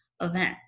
event